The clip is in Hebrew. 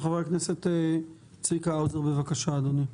חבר הכנסת צביקה האוזר, בבקשה אדוני.